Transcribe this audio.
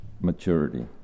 maturity